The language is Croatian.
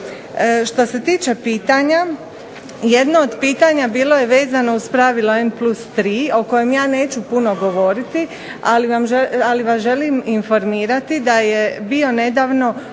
Što se tiče pitanja, jedno od pitanja bilo je vezano uz pravilo N+3 o kojem ja neću puno govoriti, ali vas želim informirati da je bio nedavno